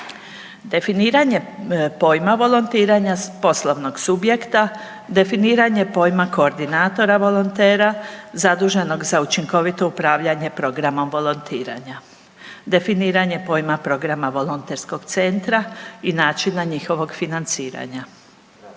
Definiranje pojma volontiranja s poslovnog subjekta, definiranje pojma koordinatora volontera zaduženog za učinkovito upravljanje programom volontiranje, definiranje pojma programa volonterskog centra i načina njihovog financiranja.